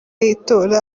y’itora